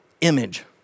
image